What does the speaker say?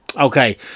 Okay